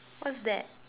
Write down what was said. what's that